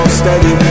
steady